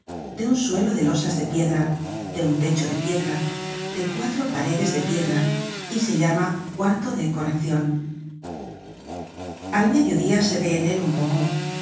de un suelo de losas de piedra de un techo de piedra de cuatro paredes de piedra y se llama el cuar to de correccion al mediodía se ve en él un poco